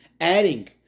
adding